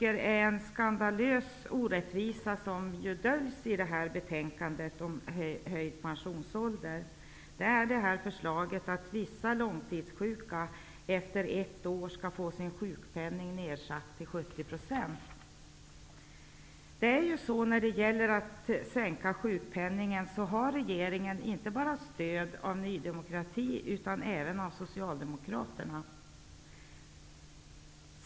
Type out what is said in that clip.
En skandalös orättvisa som döljs i det här betänkandet om höjd pensionsålder är förslaget om att vissa långtidsjuka efter ett år skall få sin sjukpenning nersatt till 70 %. I fråga om att sänka sjukpenningen har regeringen stöd inte bara av Ny demokrati utan även av Socialdemokraterna.